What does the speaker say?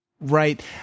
right